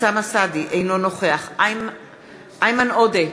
אינו נוכח איימן עודה,